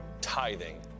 tithing